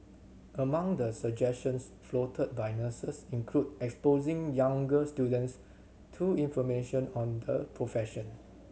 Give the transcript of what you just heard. among the suggestions floated by nurses included exposing younger students to information on the profession